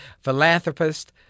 philanthropist